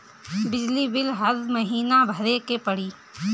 बिजली बिल हर महीना भरे के पड़ी?